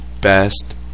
best